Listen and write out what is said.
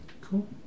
Cool